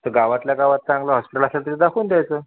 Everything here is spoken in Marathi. तर गावातल्या गावात चांगलं हॉस्पिटल असेल तिथे दाखवून द्यायचं